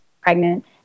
pregnant